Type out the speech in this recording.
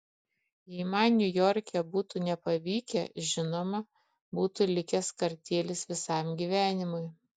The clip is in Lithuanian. jei man niujorke būtų nepavykę žinoma būtų likęs kartėlis visam gyvenimui